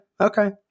okay